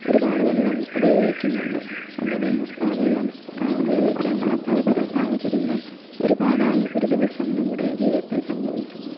ഒരുപാട് വെള്ളം ഉപയോഗിക്കുന്നുണ്ട് അങ്ങനെ വെള്ളം ഉപയോഗിക്കാനുള്ള പല പല സാഹചര്യങ്ങൾ ഒരുപാടായി ഒരു ദിവസം നമ്മുടെ ജീവിതത്തിൽ സംഭവിക്കുന്നു